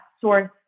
source